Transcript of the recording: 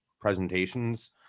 presentations